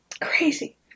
crazy